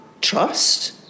trust